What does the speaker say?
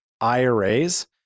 IRAs